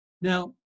Now